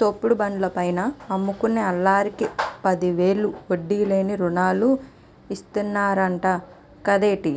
తోపుడు బండ్ల పైన అమ్ముకునే ఆల్లకి పదివేలు వడ్డీ లేని రుణం ఇతన్నరంట కదేటి